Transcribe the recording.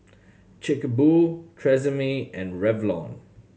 Chic a Boo Tresemme and Revlon